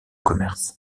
commerces